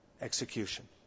execution